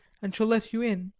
and shall let you in.